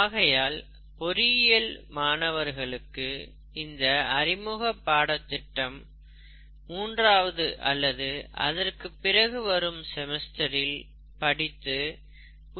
ஆகையால் பொறியியல் மாணவர்களுக்கு இந்த அறிமுக பாடதிட்டம் மூன்றாவது அல்லது அதற்கு பிறகு வரும் செமஸ்டரில் படித்து